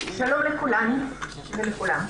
שלום לכולן ולכולם.